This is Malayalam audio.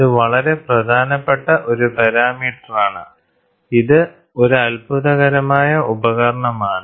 ഇത് വളരെ പ്രധാനപ്പെട്ട ഒരു പാരാമീറ്ററാണ് ഇത് ഒരു അത്ഭുതകരമായ ഉപകരണമാണ്